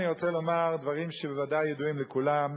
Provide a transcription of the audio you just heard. רוצה לומר דברים שבוודאי ידועים לכולם,